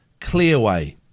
Clearway